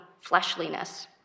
fleshliness